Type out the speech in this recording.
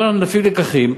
בוא אנחנו נפיק לקחים,